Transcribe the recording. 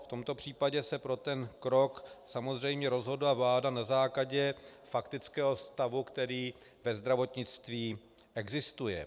V tomto případě se pro krok samozřejmě rozhodla vláda na základě faktického stavu, který ve zdravotnictví existuje.